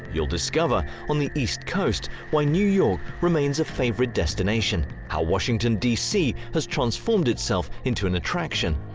you'll discover on the east coast, why new york remains a favourite destination, how washington dc has transformed itself into an attraction?